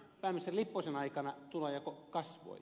pääministeri lipposen aikana tulonjako kasvoi